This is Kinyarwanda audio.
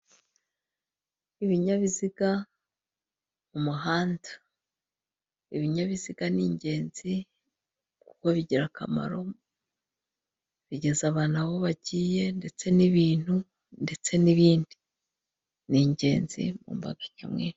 Ibinyabiziga mu umuhanda, ibinyabiziga ni ingenzi, kuba bigirakamaro bigeza abantu aho bagiye ndetse n'ibintu ndetse n'ibindi ni ingenzi m'imbaga nyamwinshi.